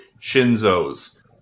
Shinzo's